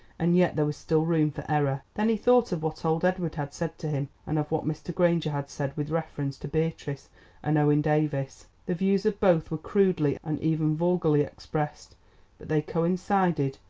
and yet there was still room for error. then he thought of what old edward had said to him, and of what mr. granger had said with reference to beatrice and owen davies. the views of both were crudely and even vulgarly expressed, but they coincided,